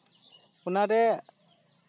ᱚᱱᱟᱨᱮ